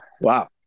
Wow